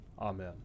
amen